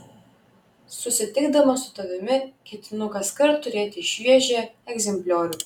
susitikdamas su tavimi ketinu kaskart turėti šviežią egzempliorių